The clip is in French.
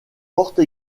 porte